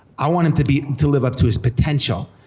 i want and to be, to live up to his potential,